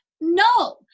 No